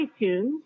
iTunes